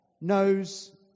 knows